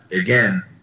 again